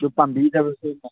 ꯑꯗꯨ ꯄꯥꯝꯕꯤꯗꯕ꯭ꯔꯥ ꯁꯣꯝꯅ